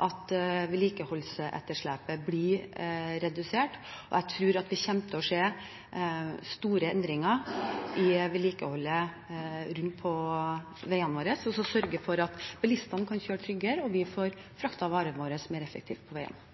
at vedlikeholdsetterslepet blir redusert. Jeg tror at det kommer til å skje store endringer i vedlikeholdet rundt på veiene våre, som sørger for at bilistene kan kjøre tryggere og vi får fraktet varene våre mer effektivt på veiene.